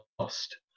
lost